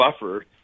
buffer